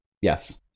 Yes